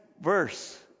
verse